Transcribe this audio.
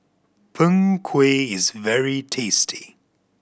Png Kueh is very tasty